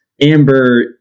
Amber